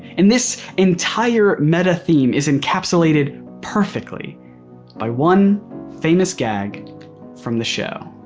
and this entire meta theme is encapsulated perfectly by one famous gag from the show.